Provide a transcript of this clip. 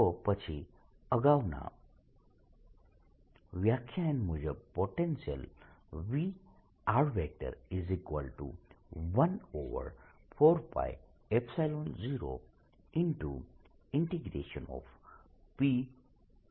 તો પછી અગાઉના વ્યાખ્યાન મુજબ પોટેન્શિયલ V14π0p r